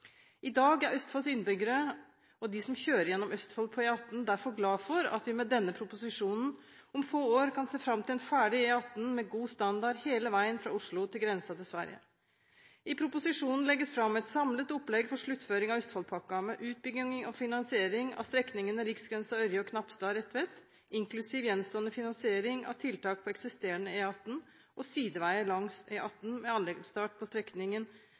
I dag er Østfolds innbyggere og de som kjører gjennom Østfold på E18, derfor glad for at vi med denne proposisjonen om få år kan se fram til en ferdig E18 med god standard hele veien fra Oslo til grensen til Sverige. I proposisjonen legges det fram et samlet opplegg for sluttføring av Østfoldpakka, med utbygging og finansiering av strekningene Riksgrensen–Ørje og Knapstad–Retvet, inklusiv gjenstående finansiering av tiltak på eksisterende E18 og sideveier langs E18 med anleggsstart på strekningen